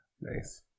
nice